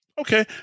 Okay